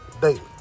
daily